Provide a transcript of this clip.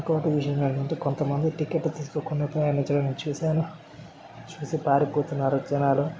ఇంకోటి విషం ఏమిటంటే కొంతమంది టికెట్టు తీసుకోకుండా ప్రయాణించడం నేను చూశాను చూసి పారిపోతున్నారు జనాలు